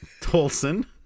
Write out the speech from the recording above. Tolson